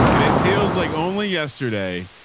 and it feels like only yesterday.